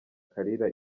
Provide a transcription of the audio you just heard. kalira